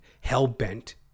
hell-bent